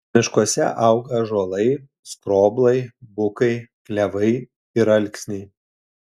miškuose auga ąžuolai skroblai bukai klevai ir alksniai